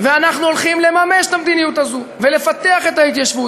ואנחנו הולכים לממש את המדיניות הזאת ולפתח את ההתיישבות,